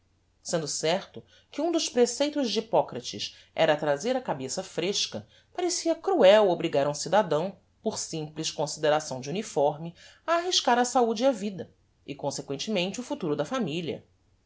sendo certo que um dos preceitos de hippocrates era trazer a cabeça fresca parecia cruel obrigar um cidadão por simples consideração de uniforme a arriscar a saude e a vida e consequentemente o futuro da familia